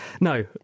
No